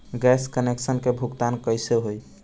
Gas connection के भुगतान कैसे होइ?